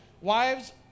Wives